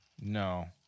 No